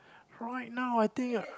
right now I think